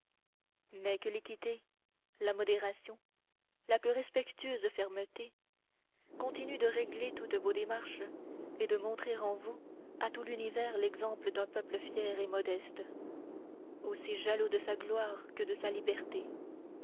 mais que l'équité la modération la plus respectueuse fermeté continuent de régler toutes vos démarches et de montrer en vous à tout l'univers l'exemple d'un peuple fier et modeste aussi jaloux de sa gloire que de sa liberté